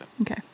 Okay